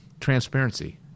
transparency